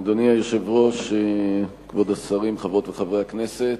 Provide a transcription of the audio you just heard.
אדוני היושב-ראש, כבוד השרים, חברות וחברי הכנסת,